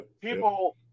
people